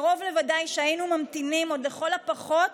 קרוב לוודאי שהיינו ממתינים עוד לכל הפחות